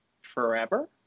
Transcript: forever